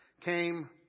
came